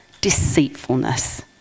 deceitfulness